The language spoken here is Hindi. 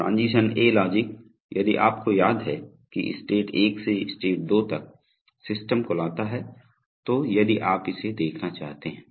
ट्रांजीशन ए लॉजिक यदि आपको याद हैं कि स्टेट 1 से स्टेट 2 तक सिस्टम को लाता है तो यदि आप इसे देखना चाहते हैं